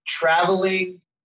traveling